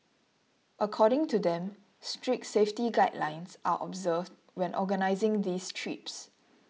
according to them strict safety guidelines are observed when organising these trips